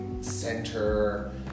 center